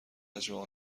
حجم